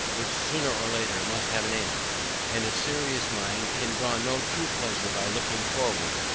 which sooner or later must have an end and a serious mind can draw no true pleasure by looking forward,